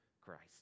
Christ